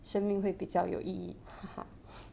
生命会比较有意义哈哈